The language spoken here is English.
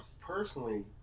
personally